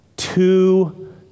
Two